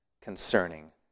concerning